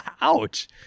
Ouch